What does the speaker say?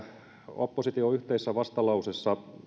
opposition yhteisen vastalauseen